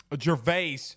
Gervais